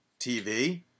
TV